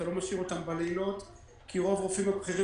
אתה לא משאיר אותם בלילות כי רוב הרופאים הבכירים